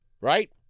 right